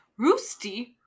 Roosty